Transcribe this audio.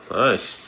nice